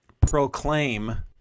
proclaim